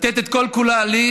לתת את כל-כולה לי,